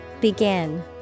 Begin